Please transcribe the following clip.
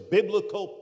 Biblical